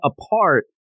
apart